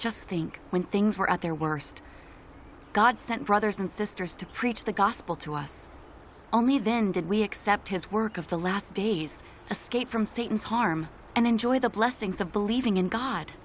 just think when things were at their worst god sent brothers and sisters to preach the gospel to us only then did we accept his work of the last days a skate from satan's harm and enjoy the blessings of believing in god